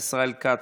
ישראל כץ,